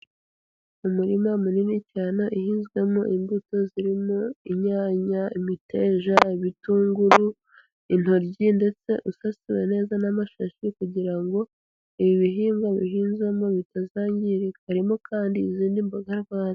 Umurima munini cyane uhinzwemo imbuto zirimo inyanya, imiteja, ibitunguru, intoryi ndetse usasiwe neza n'amashashi, kugira ngo ibi bihingwa bihinzwemo bitazangirika, harimo kandi izindi mboga rwatsi.